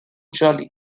joli